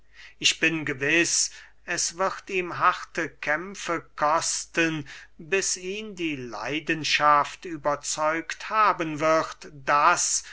ich bin gewiß es wird ihn harte kämpfe kosten bis ihn die leidenschaft überzeugt haben wird daß